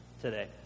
today